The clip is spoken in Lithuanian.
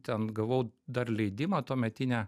ten gavau dar leidimą tuometinę